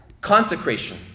Consecration